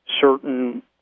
certain